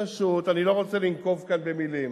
אני לא רוצה לנקוב כאן במלים,